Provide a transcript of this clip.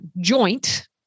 joint